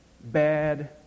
bad